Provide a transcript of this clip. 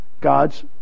God's